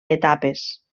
etapes